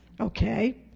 Okay